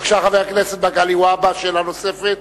בבקשה, חבר הכנסת מגלי והבה, שאלה נוספת.